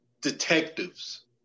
detectives